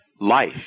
life